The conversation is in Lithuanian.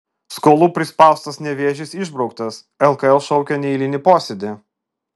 skolų prispaustas nevėžis išbrauktas lkl šaukia neeilinį posėdį